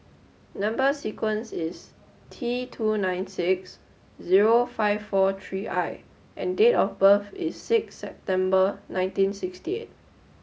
number sequence is T two nine six zero five four three I and date of birth is six September nineteen sixty eight